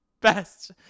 best